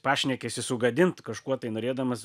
pašnekesį sugadint kažkuo tai norėdamas